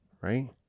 right